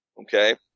Okay